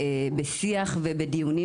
לא שאני זוכר.